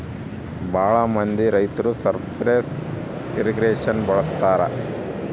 ಭಾಳ ಮಂದಿ ರೈತರು ಸರ್ಫೇಸ್ ಇರ್ರಿಗೇಷನ್ ಬಳಸ್ತರ